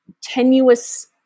tenuous